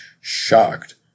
shocked